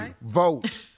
Vote